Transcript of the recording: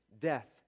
death